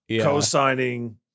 co-signing